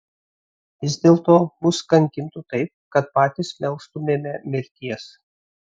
vis dėlto mus kankintų taip kad patys melstumėme mirties